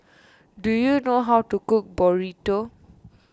do you know how to cook Burrito